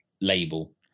label